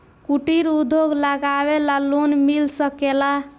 कुटिर उद्योग लगवेला लोन मिल सकेला?